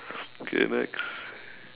okay next